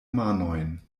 manojn